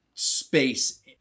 space